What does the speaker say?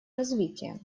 развитием